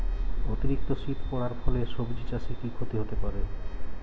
অতিরিক্ত শীত পরার ফলে সবজি চাষে কি ক্ষতি হতে পারে?